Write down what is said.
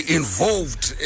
involved